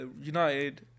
United